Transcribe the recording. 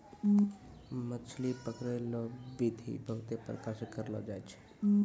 मछली पकड़ै रो बिधि बहुते प्रकार से करलो जाय छै